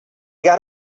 got